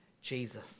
Jesus